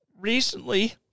Recently